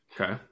Okay